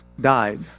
died